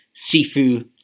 Sifu